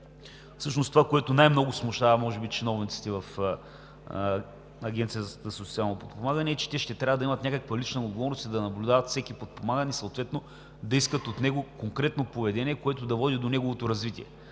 това, което най-много смущава чиновниците в Агенцията за социално подпомагане, е, че те ще трябва да имат някаква лична отговорност и да наблюдават всеки подпомаган и съответно да искат от него конкретно поведение, което да води до неговото развитие,